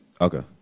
Okay